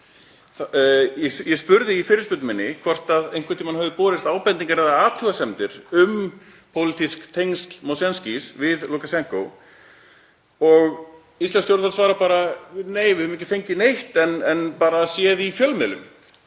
Ég spurði í fyrirspurn minni hvort einhvern tímann hefðu borist ábendingar eða athugasemdir um pólitísk tengsl Mosjenskí við Lúkasjenkó og íslensk stjórnvöld svara bara: Nei, við höfum ekki fengið neitt, bara séð í fjölmiðlum.